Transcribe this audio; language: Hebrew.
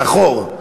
מאחור,